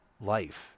life